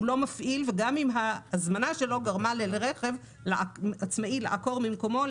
והוא לא המפעיל גם אם ההזמנה שלו גרמה לאיזה רכב עצמאי לעקור ממקומו,